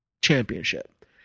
championship